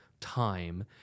time